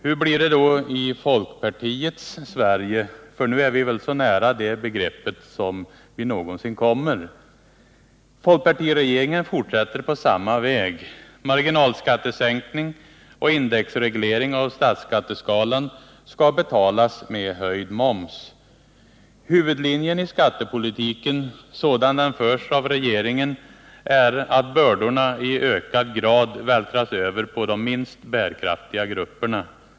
Hur blir det då i ”folkpartiets Sverige” — för nu är vi väl så nära det begreppet som vi någonsin kommer? Folkpartiregeringen fortsätter på samma väg. Marginalskattesänkning och indexreglering av statsskatteskalan skall betalas med höjd moms. Huvudlinjen i skattepolitiken, sådan den förs av regeringen, är att bördorna i ökad grad vältras över på de minst bärkraftiga grupperna.